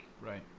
right